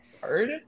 hard